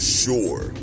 sure